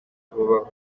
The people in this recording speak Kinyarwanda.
vuba